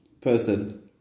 person